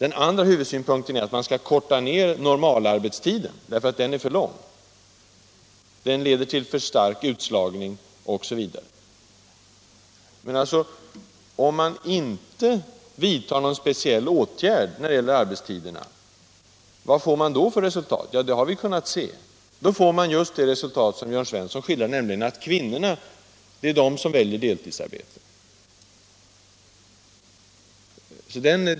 En annan huvudsynpunkt är att man skall korta ned normalarbetstiden, därför att den är för lång. Den leder till för stark utslagning osv. Men om man inte vidtar någon speciell åtgärd när det gäller arbetstiderna, vad får man då för resultat? Det har vi kunnat se. Då får man just det resultat som Jörn Svensson skildrar, nämligen att det blir kvinnorna som väljer deltidsarbete.